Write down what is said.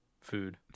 food